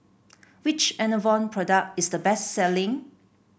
which Enervon product is the best selling